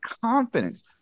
confidence –